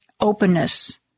openness